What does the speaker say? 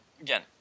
again